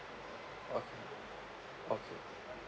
oh okay